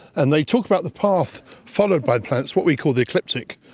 and they'd talked about the path followed by planets, what we call the ecliptic,